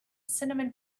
cinnamon